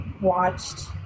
watched